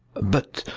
but.